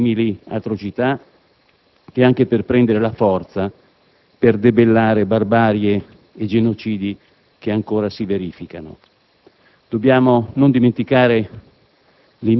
simili atrocità e anche per prendere la forza per debellare barbarie e genocidi che ancora si verificano. Dobbiamo non dimenticare